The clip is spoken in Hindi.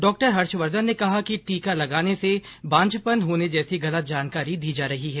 डॉ हर्षवर्धन ने कहा कि टीका लगाने से बांझपन होने जैसी गलत जानकारी दी जा रही है